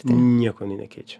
nieko jinai nekeičia